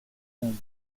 home